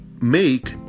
make